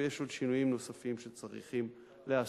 ויש שינויים נוספים שצריכים להיעשות.